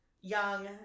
young